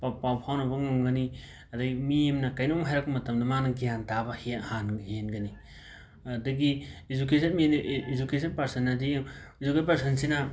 ꯄ ꯄꯥꯎ ꯐꯥꯎꯅꯕ ꯉꯝꯒꯅꯤ ꯑꯗꯒꯤ ꯃꯤ ꯑꯃꯅ ꯀꯩꯅꯣꯝ ꯍꯥꯏꯔꯛꯄ ꯃꯇꯝꯗ ꯃꯥꯅ ꯒ꯭ꯌꯥꯟ ꯇꯥꯕ ꯍꯦꯟ ꯍꯥꯟ ꯍꯦꯟꯒꯅꯤ ꯑꯗꯒꯤ ꯑꯦꯖꯨꯀꯦꯁꯟ ꯃꯤꯅ ꯑꯦ ꯑꯦꯖꯨꯀꯦꯁꯟ ꯄꯥꯔꯁꯟ ꯑꯗꯤ ꯑꯦꯖꯨꯀꯦꯠ ꯄꯥꯔꯁꯟꯁꯤꯅ